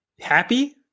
happy